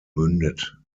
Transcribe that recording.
mündet